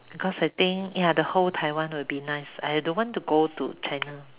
because I think ya the whole Taiwan will be nice I don't want to go to China